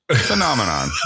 Phenomenon